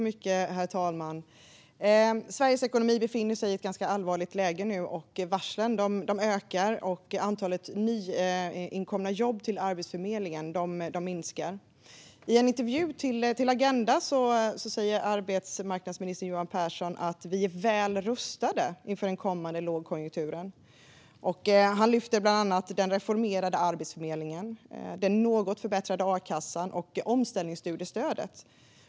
Herr talman! Sveriges ekonomi befinner sig nu i ett ganska allvarligt läge. Varslen ökar, och antalet nyinkomna jobb hos Arbetsförmedlingen minskar. I en intervju i Agenda säger arbetsmarknadsminister Johan Pehrson att vi är väl rustade inför den kommande lågkonjunkturen. Han lyfter bland annat den reformerade Arbetsförmedlingen, den något förbättrade akassan och omställningsstudiestödet.